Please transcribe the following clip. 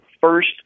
first